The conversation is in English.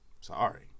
Sorry